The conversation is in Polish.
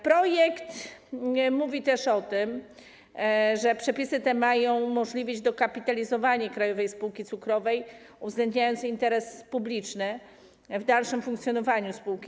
Projekt mówi też o tym, że przepisy te mają umożliwić dokapitalizowanie Krajowej Spółki Cukrowej, uwzględniać interes publiczny w dalszym funkcjonowaniu spółki.